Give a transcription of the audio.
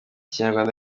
kinyarwanda